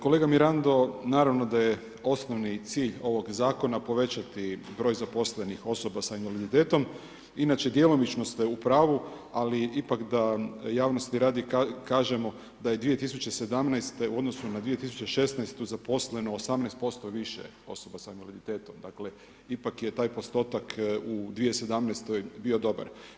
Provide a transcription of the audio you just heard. Kolega Mirando, naravno da je osnovni cilj ovog zakona povećati broj zaposlenih osoba sa invaliditetom, inače djelomično ste u pravu, ali ipak da javnosti radi kažemo da je 2017. u odnosu na 2016. zaposleno 18% više osoba sa invaliditetom, dakle ipak je taj postotak u 2017. bio dobar.